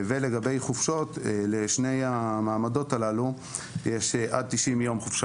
לגבי חופשות: לשני המעמדות האמורים יש עד 90 ימים של חופשה